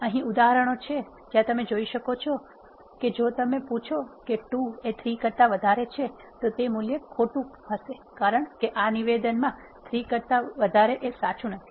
અહી ઉદાહરણો છે જ્યાં તમે જોઈ શકો છો કે જો તમે પૂછો કે 2 એ 3 કરતાં વધારે છે તો તે મૂલ્ય ખોટું કરશે કારણ કે આ નિવેદન 3 કરતા વધારેનું સાચું નથી